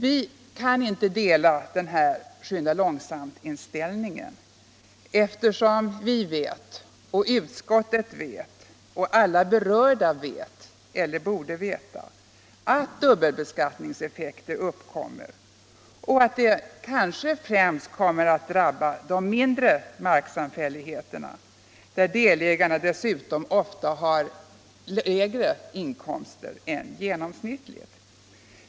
Vi kan inte dela den här skynda-långsamt-inställningen, eftersom vi vet — och utskottet vet och alla berörda vet, eller borde veta — att dubbelbeskattningseffekter uppkommer och att de kanske främst kommer att drabba de mindre marksamfälligheterna, där delägarna dessutom ofta har lägre inkomster än genomsnittligt.